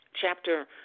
chapter